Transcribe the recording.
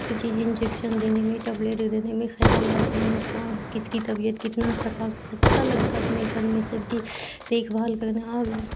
ہر چیز انجیکشن دینے میں ٹبلیٹ دینے میں خیال رکھنے میں کون کس کی طبیعت کتنا خراب ہے اچھا لگتا ہے اپنے گھر میں سب کی دیکھ بھال کرنا اور